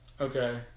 okay